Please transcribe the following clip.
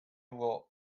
will